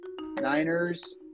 Niners